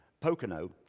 Pocono